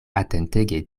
atentege